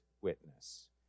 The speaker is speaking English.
witness